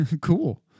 Cool